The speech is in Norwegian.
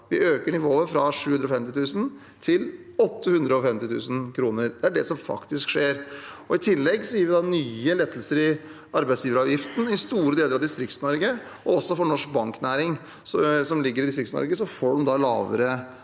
Vi øker nivået fra 750 000 kr til 850 000 kr. Det er det som faktisk skjer. I tillegg gir vi nye lettelser i arbeidsgiveravgiften i store deler av Distrikts-Norge, og også norsk banknæring som ligger i Distrikts-Norge, får lavere